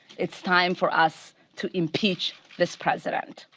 it's time for us to impeach this president.